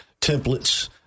templates